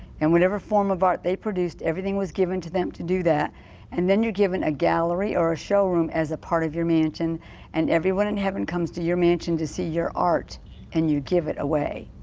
and whatever form of art. they produced everything was given to them to do that and then you're given a gallery or showroom as a part of your mansion and everyone in heaven comes to your mansion to see your art and you give it away.